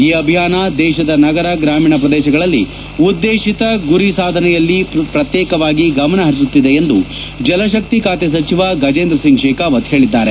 ಈ ಅಭಿಯಾನ ದೇಶದ ನಗರ ಗ್ರಾಮೀಣ ಪ್ರದೇಶಗಳಲ್ಲಿ ಉದ್ದೇಶಿತ ಗುರಿ ಸಾಧನೆಯಲ್ಲಿ ಪ್ರತ್ಯೇಕವಾಗಿ ಗಮನ ಪರಿಸುತ್ತಿದೆ ಎಂದು ಜಲಶಕ್ತಿ ಖಾತೆ ಸಚಿವ ಗಜೇಂದ್ರ ಸಿಂಗ್ ಶೇಖಾವತ್ ಹೇಳಿದ್ದಾರೆ